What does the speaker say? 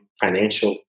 financial